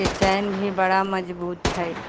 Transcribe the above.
के चेन भी बड़ा मजबूत हइ